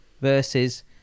versus